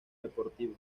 deportivo